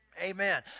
amen